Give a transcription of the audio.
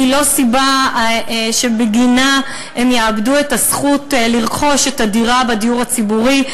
היא לא סיבה שבגינה הן יאבדו את הזכות לרכוש את הדירה בדיור הציבורי.